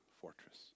fortress